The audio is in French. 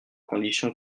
condition